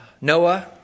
Noah